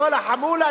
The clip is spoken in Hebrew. לכל החמולה,